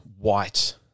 white